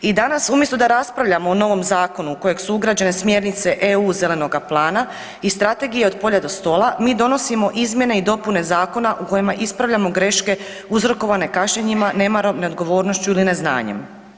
I danas umjesto da raspravljamo o novom zakonu u kojeg su ugrađene smjernice EU Zelenoga plana i Strategija od polja do stola, mi donosimo izmjene i dopune Zakona u kojima ispravljamo greške uzrokovane kašnjenjima, nemarom, neodgovornošću ili neznanjem.